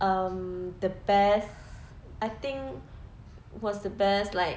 um the best I think was the best like